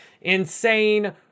insane